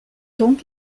donc